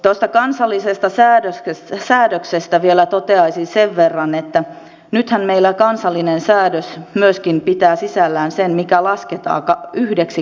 tuosta kansallisesta säädöksestä vielä toteaisin sen verran että nythän meillä kansallinen säädös myöskin pitää sisällään sen mikä lasketaan yhdeksi kabotaasikuljetukseksi